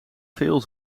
veel